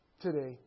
today